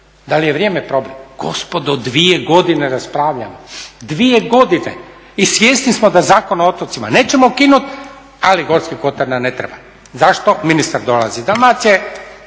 da li je vrijeme problem? Gospodo 2 godine raspravljamo, 2 godine i svjesni smo da Zakon o otocima nećemo ukinuti, ali Gorski Kotar nam ne treba. Zašto? Ministar dolazi